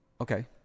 okay